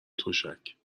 تشک